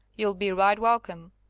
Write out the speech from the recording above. you'll be right welcome.